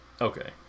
Okay